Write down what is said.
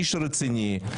איש רציני,